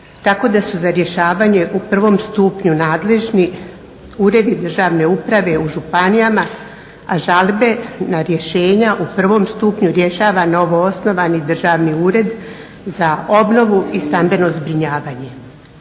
tako da su za rješavanje u prvom stupnju nadležni uredi državne uprave u županijama, a žalbe na rješenja u prvom stupnju rješava novo osnovani državi ured za obnovu i stambeno zbrinjavanje.